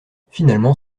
finalement